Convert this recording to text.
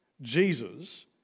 Jesus